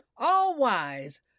all-wise